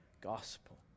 gospel